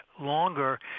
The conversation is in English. longer